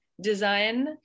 design